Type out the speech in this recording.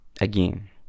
again